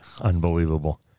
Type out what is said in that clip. Unbelievable